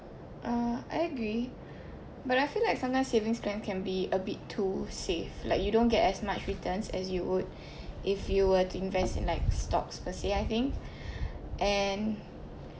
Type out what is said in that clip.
uh I agree but I feel like sometimes savings plan can be a bit too safe like you don't get as much returns as you would if you were to invest in like stocks per se I think and